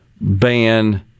ban